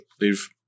leave